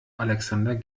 alexander